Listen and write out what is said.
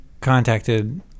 contacted